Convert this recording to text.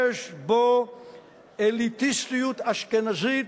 יש בו אליטיסטיות אשכנזית.